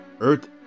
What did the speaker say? Earth